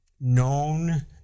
known